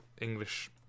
English